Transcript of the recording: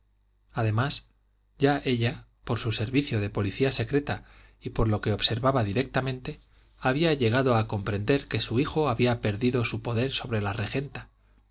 además ya ella por su servicio de policía secreta y por lo que observaba directamente había llegado a comprender que su hijo había perdido su poder sobre la regenta